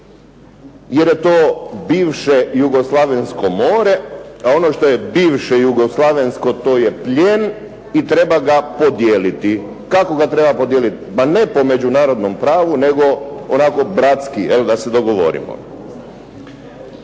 Jer je to bivše Jugoslavensko more, a ono što je bivše Jugoslavensko to je plijen i treba ga podijeliti. Kako ga treba podijeliti? Ma ne po međunarodnom pravu, nego onako bratski da se dogovorimo.